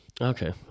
Okay